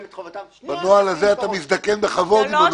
את חובותיו --- עם הנוהל הזה אתה מזדקן בכבוד.